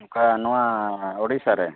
ᱚᱠᱟ ᱱᱚᱣᱟ ᱳᱰᱤᱥᱟ ᱨᱮ